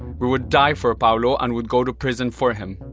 we would die for pablo and would go to prison for him,